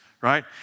right